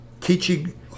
teaching